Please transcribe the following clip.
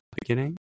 beginning